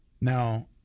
Now